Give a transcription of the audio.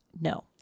no